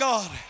God